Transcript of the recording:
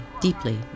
deeply